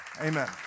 Amen